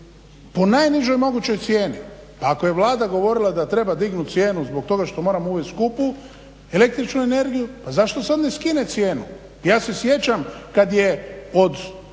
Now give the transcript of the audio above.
po najnižoj mogućoj cijeni, pa ako je Vlada govorila da treba dignuti cijenu zbog toga što moramo uvesti skupu električnu energiju pa zašto sada ne skine cijenu. Ja se sjećam kada je od